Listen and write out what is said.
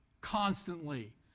constantly